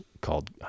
called